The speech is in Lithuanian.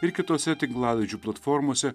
ir kitose tinklalaidžių platformose